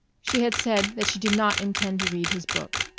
she had said that she did not intend to read his book.